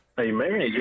Amen